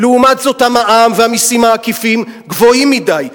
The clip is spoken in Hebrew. לעומת זאת המע"מ והמסים העקיפים גבוהים מדי.